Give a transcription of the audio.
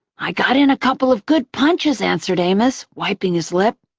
i got in a couple of good punches, answered amos, wiping his lip.